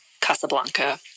Casablanca